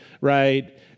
right